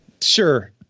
Sure